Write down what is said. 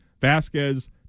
Vasquez